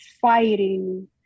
fighting